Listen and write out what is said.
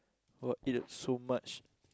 !wah! eat so much